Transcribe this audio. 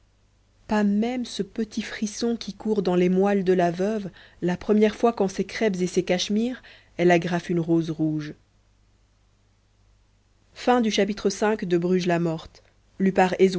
quittée pas même ce petit frisson qui court dans les moelles de la veuve la première fois qu'en ses crêpes et ses cachemires elle agrafe une rose rouge